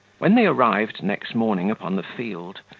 when they arrived next morning upon the field,